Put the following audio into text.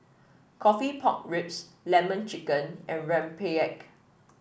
coffee Pork Ribs lemon chicken and rempeyek